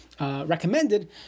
recommended